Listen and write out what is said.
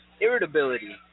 irritability